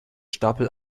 stapel